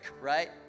right